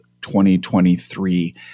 2023